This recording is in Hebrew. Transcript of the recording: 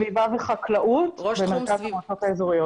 אני ראש תחום סביבה וחקלאות במרכז המועצות האזוריות.